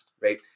right